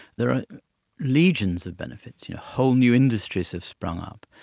there are legions of benefits, you know whole new industries have sprung up.